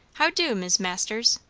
how do, mis' masters?